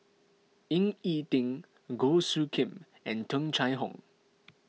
Ying E Ding Goh Soo Khim and Tung Chye Hong